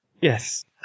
Yes